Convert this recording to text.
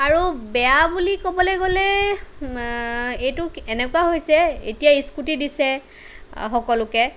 আৰু বেয়া বুলি ক'বলে গ'লে এইটো এনেকুৱা হৈছে এতিয়া স্কুটি দিছে সকলোকে